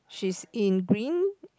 she's in green